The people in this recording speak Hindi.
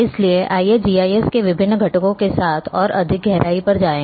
इसलिए आइए जीआईएस के विभिन्न घटकों के साथ और अधिक गहराई पर जाएं